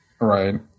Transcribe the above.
Right